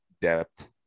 depth